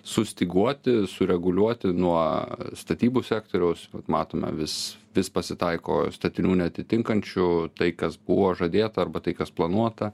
sustyguoti sureguliuoti nuo statybų sektoriaus matoma vis vis pasitaiko statinių neatitinkančių tai kas buvo žadėta arba tai kas planuota